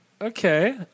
Okay